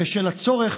בשל "הצורך